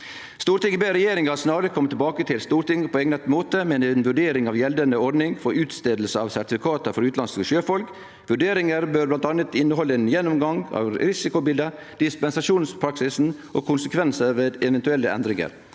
«Stortinget ber regjeringen snarlig komme tilbake til Stortinget på egnet måte med en vurdering av gjeldende ordning for utstedelse av sertifikater for utenlandske sjøfolk. Vurderingen bør blant annet inneholde en gjennomgang av risikobildet, dispensasjonspraksisen og konsekvenser ved eventuelle endringer.»